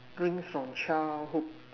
dreams from childhood